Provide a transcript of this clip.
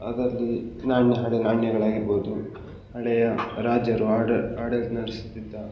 ಅದರಲ್ಲಿ ನಾಣ್ಯ ಹಳೆಯ ನಾಣ್ಯಗಳಾಗಿರ್ಬೋದು ಹಳೆಯ ರಾಜರು ಆಡಳಿತ ನಡೆಸ್ತಿದ್ದ